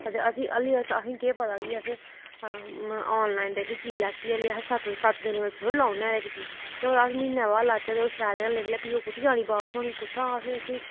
ते असेंगी हल्ले असेंगी केह् पता कि असें आनलाइन जेह्की चीज असें लैती ऐ हल्ली असें सत्त सत्त दिनें बिच थोह्ड़ी अहें लाई ओड़ने आं इक चीज केह् पता अस म्हीने बाद लाह्चै ते ओह् शैल गै नी निकलै ते फ्ही ओह् कुत्थै जानी बापस होने गी कुत्थै असें उसी